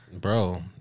Bro